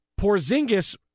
Porzingis